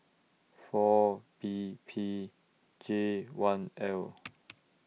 four B P J one L